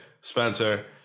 Spencer